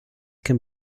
can